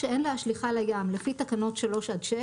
שאין להשליכה לים לפי תקנות 3 עד 6,